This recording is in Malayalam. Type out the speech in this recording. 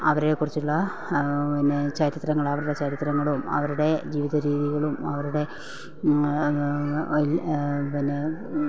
അവരെക്കുറിച്ചുള്ള പിന്നെ ചരിത്രങ്ങള് അവരുടെ ചരിത്രങ്ങളും അവരുടെ ജീവിതരീതികളും അവരുടെ അത് അതില് പിന്നെ